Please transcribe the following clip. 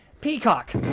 Peacock